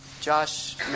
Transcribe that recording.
Josh